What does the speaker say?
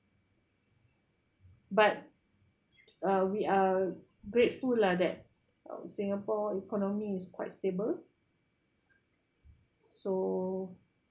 but uh we are grateful lah that singapore economy is quite stable so